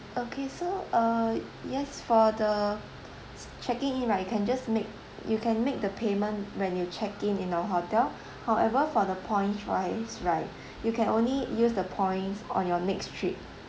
okay so uh yes for the checking in right you can just make you can make the payment when you check in in our hotel however for the point wise right you can only use the points on your next trip